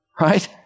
right